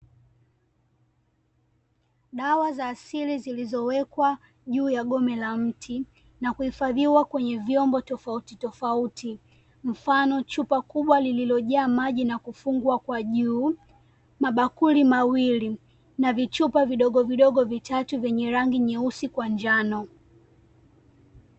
Dawa za asili zilizowekwa juu ya gome la mti na kuhifadhiwa kwenye vyombo tofauti tofauti, mfano chupa kubwa lililojaa maji na kufungwa kwa juu, mabakuli mawili na vichupa vidogo vidogo vitatu, vyenye rangi nyeusi kwa njano.